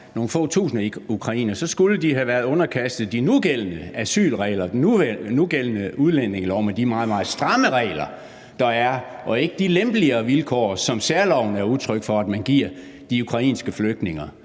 det så end er – så skulle de have været underkastet de nugældende asylregler og den nugældende udlændingelov med de meget, meget stramme regler, der er, og ikke de lempeligere vilkår, som særloven er udtryk for at man giver de ukrainske flygtninge,